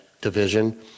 division